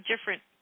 different